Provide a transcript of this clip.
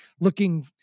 looking